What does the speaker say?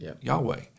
Yahweh